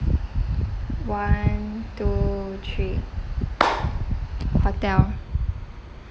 one two three hotel